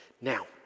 Now